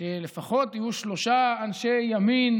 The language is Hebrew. שלפחות יהיו שלושה אנשי ימין